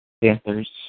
Panthers